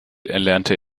erlernte